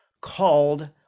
called